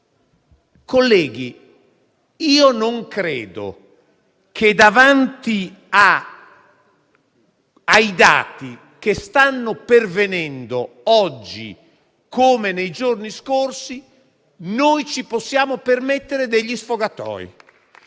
Colleghi, io non credo che, davanti ai dati che stanno pervenendo oggi come nei giorni scorsi, ci possiamo permettere degli sfogatoi